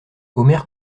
omer